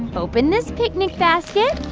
open this picnic basket,